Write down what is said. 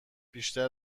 بیشتر